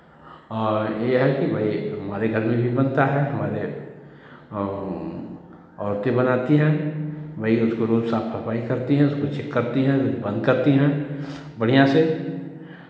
और ये है कि भाई हमारे घर में भी बनता है हमारे औरतें बनाती हैं वही उसको रोज साफ सफाई करती हैं उसको चेक करती हैं बंद करती हैं बढ़ियाँ से